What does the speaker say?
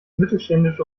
mittelständische